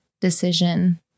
decision